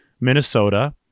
Minnesota